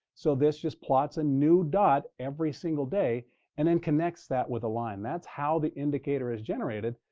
so this just plots a new dot every single day and then connects that with a line. that's how the indicator is generated.